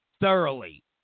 thoroughly